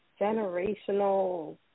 generational